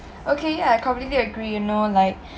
okay I completely agree you know like